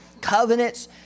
covenants